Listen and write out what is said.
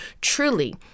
truly